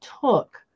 took